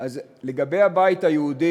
לגבי הבית היהודי,